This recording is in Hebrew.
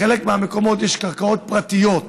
בחלק מהמקומות יש קרקעות פרטיות,